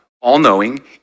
all-knowing